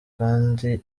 kandi